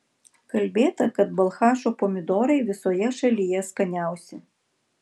kalbėta kad balchašo pomidorai visoje šalyje skaniausi